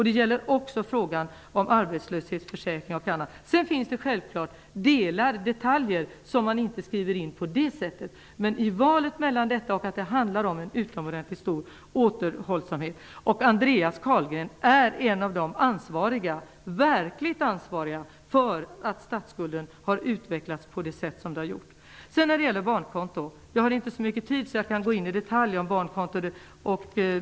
Det gäller också frågan om arbetslöshetsförsäkring. Det finns självklart detaljer som man inte skriver in, men detta var vårt val. Det handlar om en utomordentligt stor återhållsamhet. Andreas Carlgren är en av de verkligt ansvariga för att statsskulden har utvecklats på det sätt som det gjort. Så om barnkonto - jag har inte så mycket tid att jag kan gå in i detalj om barnkonto.